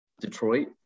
Detroit